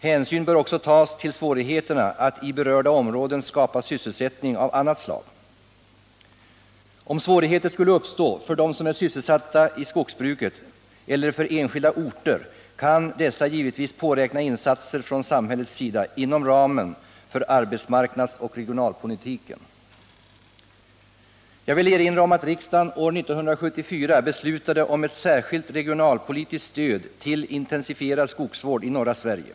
Hänsyn bör också tas till svårigheterna att i berörda områden skapa sysselsättning av annat slag. Om svårigheter skulle uppstå för dem som är sysselsatta i skogsbruket eller för enskilda orter, kan dessa givetvis påräkna insatser från samhällets sida inom ramen för arbetsmarknadsoch regionalpolitiken. Jag vill erinra om att riksdagen år 1974 beslutade om ett särskilt regionalpolitiskt stöd till intensifierad skogsvård i norra Sverige.